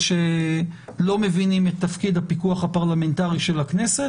שלא מבינים את תפקיד הפיקוח הפרלמנטרי של הכנסת.